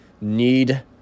need